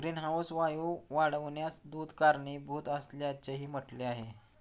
greenhouse वायू वाढण्यास दूध कारणीभूत असल्याचेही म्हटले आहे